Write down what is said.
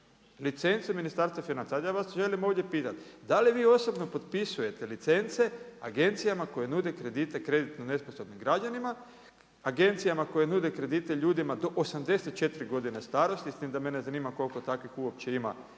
licenca Ministarstva financija. Sada ja vas želim ovdje pitati, da li vi osobno potpisujete licence agencijama koje nude kredite kreditno nesposobnim građanima, agencijama koje nude kredite ljudima do 84 godine starosti, s tim da mene zanima koliko takvih uopće ima